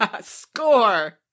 score